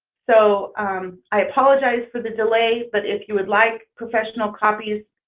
so i apologize for the delay but if you would like professional copies